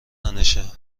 تنشه